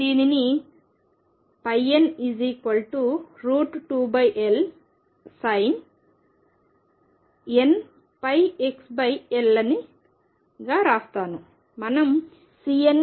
నేను దీనిని n2L sinnπxL గా వ్రాస్తాను